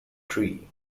tree